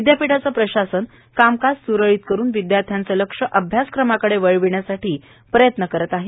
विद्यापीठाचं प्रशासन कामकाज सुरळीत करून विद्यार्थ्यांचं लक्ष अभ्यासक्रमाकडे वळविण्यासाठी प्रयत्नर करत आहे